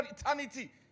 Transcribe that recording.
eternity